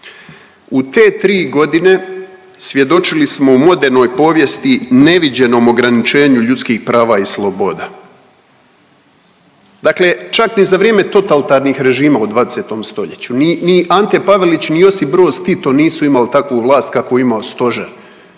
U te 3.g. svjedočili smo u modernoj povijesti neviđenom ograničenju ljudskih prava i sloboda, dakle čak ni za vrijeme totalitarnih režima u 20. stoljeću, ni, ni Ante Pavelić, ni Josip Broz Tito nisu imali takvu vlast kakvu je imao stožer